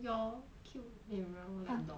your cute eh why roll like dog